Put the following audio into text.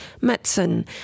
medicine